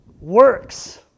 works